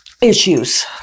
issues